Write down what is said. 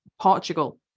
Portugal